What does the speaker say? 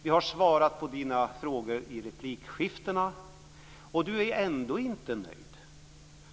Vi har svarat på Ola Karlssons frågor i replikskiftena. Ändå är han inte nöjd.